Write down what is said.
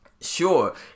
sure